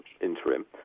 interim